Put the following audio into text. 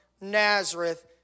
Nazareth